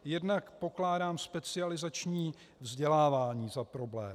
Jednak pokládám specializační vzdělávání za problém.